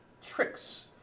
Tricks